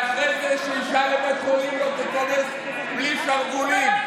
ואחרי זה שאישה לא תיכנס לבית חולים בלי שרוולים.